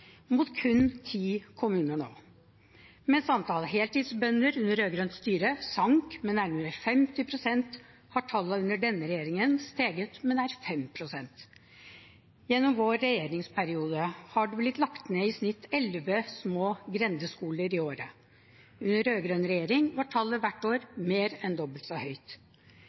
mot kun ti kommuner nå. Mens antallet heltidsbønder under rød-grønt styre sank med nærmere 50 pst., har tallet under denne regjeringen steget med nær 5 pst. Gjennom vår regjeringsperiode har det blitt lagt ned i snitt elleve små grendeskoler i året. Under rød-grønn regjering var tallet hvert år mer enn dobbelt så høyt.